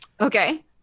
okay